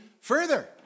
further